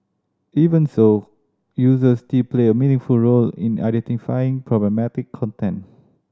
even so users still play a meaningful role in identifying problematic content